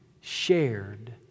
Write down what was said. shared